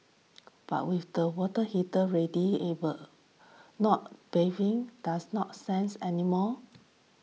but with the water heater readily ever not bathing does not sense anymore